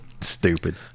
Stupid